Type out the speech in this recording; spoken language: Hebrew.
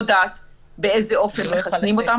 אז אני לא יודעת באיזה אופן מחסנים אותם.